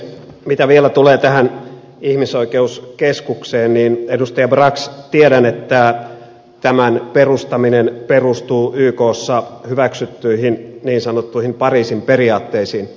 mitä vielä tulee tähän ihmisoikeuskeskukseen niin edustaja brax tiedän että tämän perustaminen perustuu ykssa hyväksyttyihin niin sanottuihin pariisin periaatteisiin